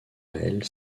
elle